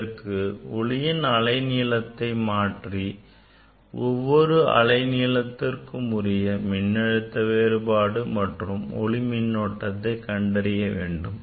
இதற்கு ஒளியின் அலை நீளத்தை மாற்றி ஒவ்வொரு அலை நீளத்திற்கும் உரிய மின்னழுத்த வேறுபாடு மற்றும் ஒளிமின்னோட்டத்தை கண்டறிய வேண்டும்